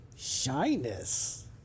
Shyness